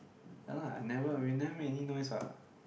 no lah I never we never make any noise what